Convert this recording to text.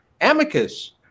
Amicus